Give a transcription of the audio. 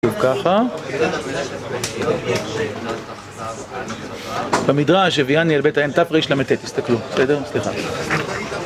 ככה, במדרש הביאני אל בית היין ת ר ל ט, תסתכלו בסדר? סליחה